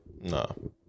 No